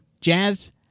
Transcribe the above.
Jazz